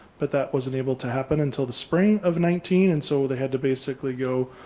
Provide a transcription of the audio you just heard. but that wasn't able to happen until the spring of nineteen. and so they had to basically go,